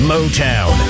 Motown